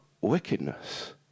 wickedness